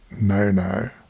no-no